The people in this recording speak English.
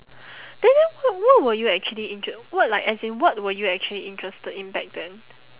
then then what what were you actually inter~ what like as in what were you actually interested in back then